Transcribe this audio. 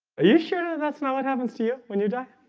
ah you sure that's not what happens to you when you die